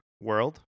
world